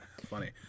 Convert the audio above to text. funny